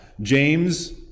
James